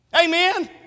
Amen